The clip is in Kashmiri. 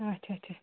اَچھا اَچھا